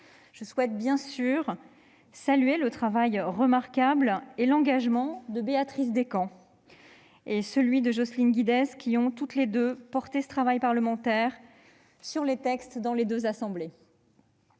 Je souhaite bien sûr saluer le travail remarquable et l'engagement de Béatrice Descamps et de Jocelyne Guidez, qui ont toutes deux porté le travail parlementaire sur ces textes dans leur assemblée